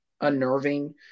unnerving